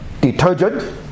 detergent